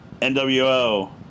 NWO